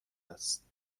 است